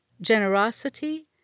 generosity